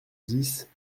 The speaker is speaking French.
dix